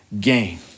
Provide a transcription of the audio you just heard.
gain